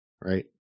right